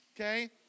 Okay